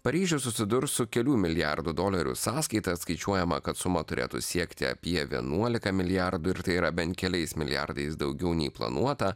paryžius susidurs su kelių milijardų dolerių sąskaita skaičiuojama kad suma turėtų siekti apie vienuoliką milijardų ir tai yra bent keliais milijardais daugiau nei planuota